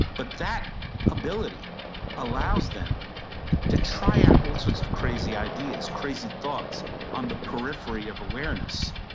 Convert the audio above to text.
but that ability allows them to try out all sorts of crazy ideas, crazy thoughts on the periphery of awareness.